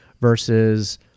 versus